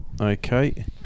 okay